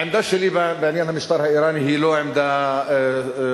העמדה שלי בעניין המשטר האירני היא לא עמדה חשאית.